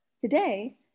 Today